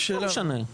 לא משנה.